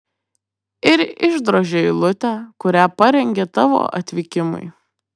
ir išdrožia eilutę kurią parengė tavo atvykimui